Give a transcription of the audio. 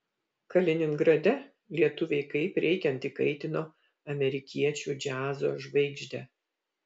kaliningrade lietuviai kaip reikiant įkaitino amerikiečių džiazo žvaigždę